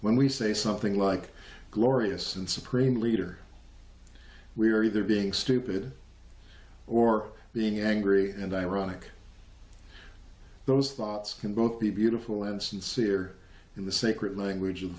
when we say something like glorious and supreme leader we are either being stupid or being angry and ironic those thoughts can both be beautiful and sincere in the sacred language